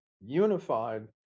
unified